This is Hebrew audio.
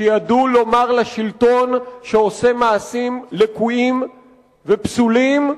שידעו לומר לשלטון שעושה מעשים לקויים ופסולים,